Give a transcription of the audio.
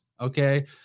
Okay